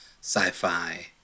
sci-fi